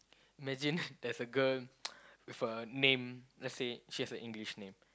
imagine there's a girl with a name let's say she has a English name